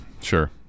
Sure